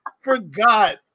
forgot